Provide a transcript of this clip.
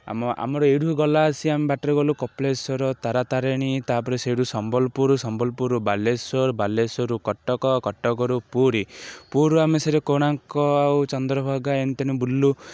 ଆମ ଆମର ଏଇଠୁ ଗଲା ଆସି ଆମେ ବାଟରେ ଗଲୁ କପିଳେଶ୍ୱର ତାରା ତାରିଣୀ ତା'ପରେ ସେଇଠୁ ସମ୍ବଲପୁରସମ୍ବଲପୁରରୁ ବାଲେଶ୍ୱର ବାଲେଶ୍ୱରରୁ କଟକ କଟକରୁ ପୁରୀ ପୁରୀରୁ ଆମେ ସେଇଠି କୋଣାର୍କ ଆଉ ଚନ୍ଦ୍ରଭାଗା ଏମିତିନି ବୁଲିଲୁ